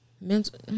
mental